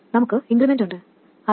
നമുക്ക് ഇൻക്രിമെന്റ് ഉണ്ട് അത് 0